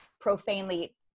profanely